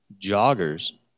joggers